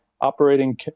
operating